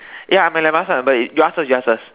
ya I might ask lah but you ask first you ask first